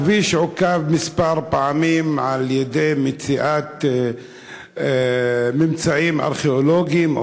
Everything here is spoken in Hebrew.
בניית הכביש עוכבה כמה פעמים בגלל מציאת ממצאים ארכיאולוגיים,